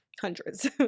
hundreds